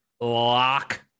lock